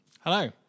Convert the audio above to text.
Hello